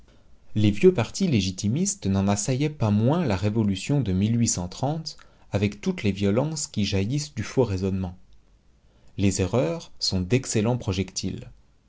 les vieux partis légitimistes n'en assaillaient pas moins la révolution de avec toutes les violences qui jaillissent du faux raisonnement les erreurs sont d'excellents projectiles